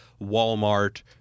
Walmart